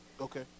Okay